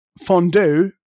fondue